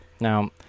Now